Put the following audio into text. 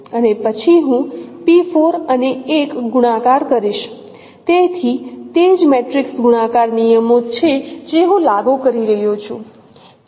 અને પછી હું અને 1 ગુણાકાર કરીશ તેથી તે જ મેટ્રિક્સ ગુણાકાર નિયમો છે જે હું લાગુ કરી રહ્યો છું